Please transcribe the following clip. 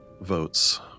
votes